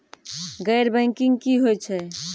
गैर बैंकिंग की होय छै?